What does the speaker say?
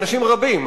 אנשים רבים,